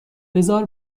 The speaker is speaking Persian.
بذار